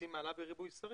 מוצאים מעלה בריבוי שרים.